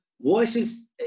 Voices